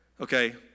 Okay